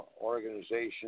organization